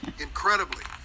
Incredibly